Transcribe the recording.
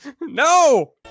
No